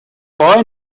boy